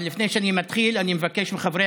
אבל לפני שאני מתחיל אני מבקש מחברי